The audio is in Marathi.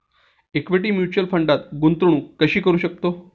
इक्विटी म्युच्युअल फंडात गुंतवणूक कशी करू शकतो?